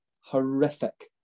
horrific